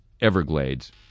Everglades